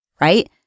right